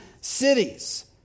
cities